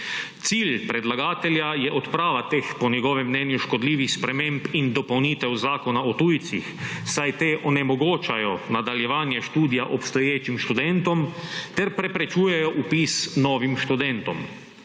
Cilj predlagatelja je odprava teh, po njegovem mnenju, škodljivih sprememb in dopolnitev Zakona o tujcih, saj te onemogočajo nadaljevanje študija obstoječim študentom, ter preprečujejo vpis novim študentom.